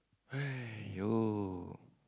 !aiyo!